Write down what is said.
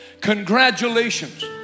Congratulations